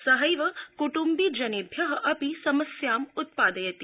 सहक क्रिम्बिजनेभ्यः अपि समस्या उत्पादयति